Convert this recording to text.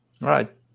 right